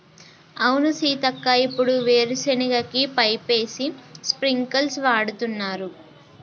అవును సీతక్క ఇప్పుడు వీరు సెనగ కి పైపేసి స్ప్రింకిల్స్ వాడుతున్నారు